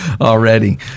already